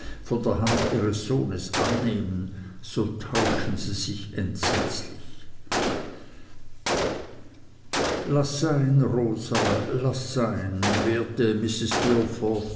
von der hand ihres sohnes annehmen so täuschen sie sich entsetzlich laß sein rosa laß sein wehrte